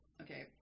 okay